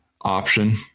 option